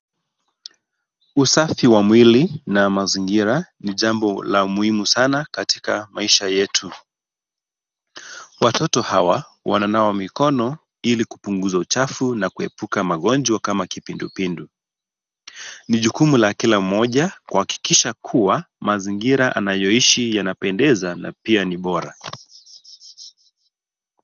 Usafi wa mwili na mazingira ni jambo la muhimu sana katika maisha yetu. Watoto hawa wananawa mikono ili kupunguza uchafu na kuhepuka magonjwa kama kipindupindu. Ni jukumu la kina mmoja kuhakikisha kuwa mazingira anayoishi yanapendeza na pia ni bora.